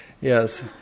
Yes